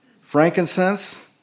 frankincense